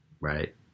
Right